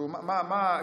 מה הבעיה?